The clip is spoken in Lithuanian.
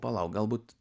palauk galbūt